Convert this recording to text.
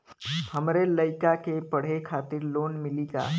हमरे लयिका के पढ़े खातिर लोन मिलि का?